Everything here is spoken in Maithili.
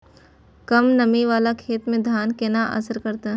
कम नमी वाला खेत में धान केना असर करते?